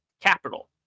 Capital